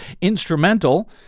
instrumental